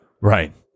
Right